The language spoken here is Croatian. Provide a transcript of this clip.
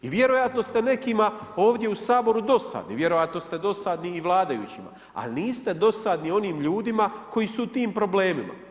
I vjerojatno ste nekima ovdje u Saboru dosadni, vjerojatno ste dosadni i vladajućima, ali niste dosadni onim ljudima koji su u tim problemima.